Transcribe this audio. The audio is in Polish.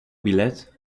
bilet